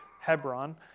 Hebron